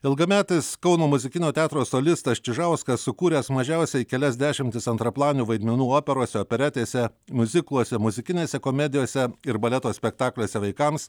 ilgametis kauno muzikinio teatro solistas čižauskas sukūręs mažiausiai kelias dešimtis antraplanių vaidmenų operose operetėse miuzikluose muzikinėse komedijose ir baleto spektakliuose vaikams